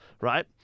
right